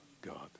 God